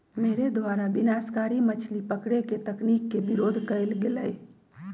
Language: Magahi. मेरे द्वारा विनाशकारी मछली पकड़े के तकनीक के विरोध कइल गेलय